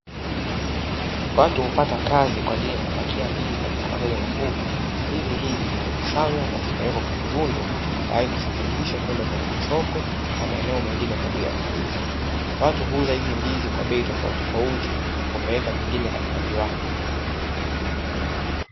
Watu hupata kazi kwa ajili ya kupakia ndizi katika magari makubwa ndizi hizi zimekusanywa na zimewekwa kwenye rundo, tayari kufanikisha kwenda kwenye masoko na maeneo mengine kwa ajili ya kuuza. Watu huuza hizi ndizi kwa bei tofautitofauti na kupeleka nyingine katika viwanda.